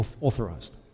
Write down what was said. Authorized